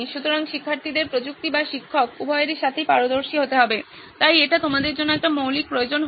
সুতরাং শিক্ষার্থীদের প্রযুক্তি বা শিক্ষক বা উভয়ের সাথেই পারদর্শী হতে হবে তাই এটি তোমাদের জন্য একটি মৌলিক প্রয়োজন হবে